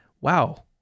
wow